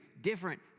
different